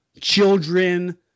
children